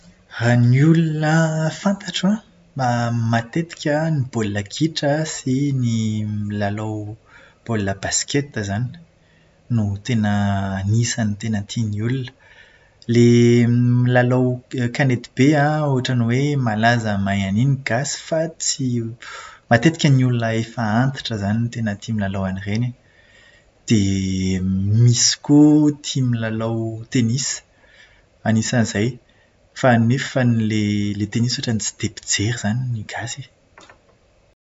Ny olona fantatro an, matetika ny baolina kitra sy ny milalao baolina baskety izany. Tena anisan'ny tena tian'ny olona. Ilay milalao kanety be an, ohatran'ny hoe malaza mahay an'iny ny gasy fa tsy matetika ny olona efa antitra izany no tena tia milalao an'ireny e. Dia misy koa tia milalao tenisy, anisan'izay. Fa nefany ilay tenisy izany ohatran'ny tsy dia mpijery izany ny gasy e.